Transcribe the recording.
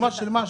דוגמה של משהו,